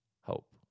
hope